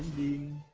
the